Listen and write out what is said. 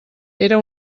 era